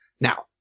Now